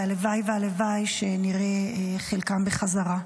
והלוואי והלוואי שנראה חלקם בחזרה.